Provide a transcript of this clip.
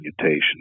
mutation